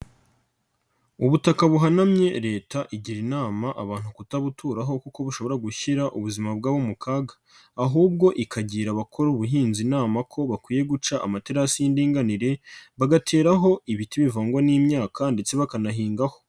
Ubutaka buhanamye Leta igira inama abantu kutabuturaho kuko bushobora gushyira ubuzima bwabo mu kaga, ahubwo ikagira abakora ubuhinzi inama ko bakwiye guca amaterasi y'indinganire, bagateraho ibiti bivangwa n'imyaka ndetse bakanahingaho.